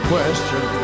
question